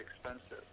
expensive